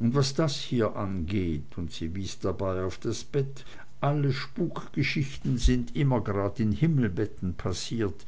und was das hier angeht und sie wies dabei auf das bett alle spukgeschichten sind immer gerad in himmelbetten passiert